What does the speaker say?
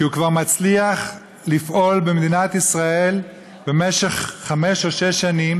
כי הוא מצליח לפעול במדינת ישראל כבר במשך חמש או שש שנים